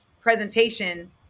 presentation